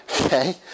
Okay